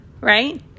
right